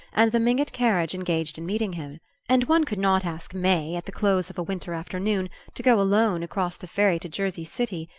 and the mingott carriage engaged in meeting him and one could not ask may, at the close of a winter afternoon, to go alone across the ferry to jersey city,